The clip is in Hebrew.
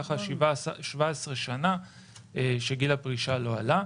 כך 17 שנים שגיל הפרישה לא עלה.